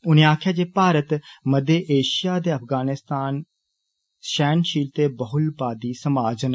उनें आक्खेआ जे भारत मध्य एषिया ते अफगानिस्तान षैहनषील ते बहुलवादी समाज न